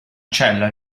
cella